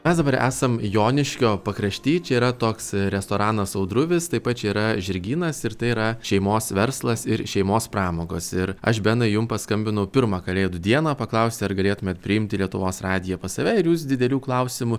mes dabar esam joniškio pakrašty čia yra toks restoranas audruvis taip pat čia yra žirgynas ir tai yra šeimos verslas ir šeimos pramogos ir aš benai jum paskambinau pirmą kalėdų dieną paklausti ar galėtumėt priimti lietuvos radiją pas save ir jūs didelių klausimų